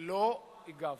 ולא הגבת.